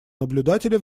наблюдателя